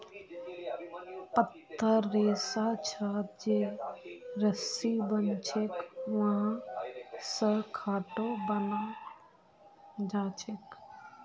पत्तार रेशा स जे रस्सी बनछेक वहा स खाटो बनाल जाछेक